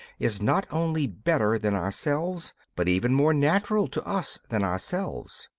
is not only better than ourselves, but even more natural to us than ourselves.